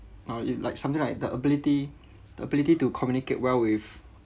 know it like something like the ability the ability to communicate well with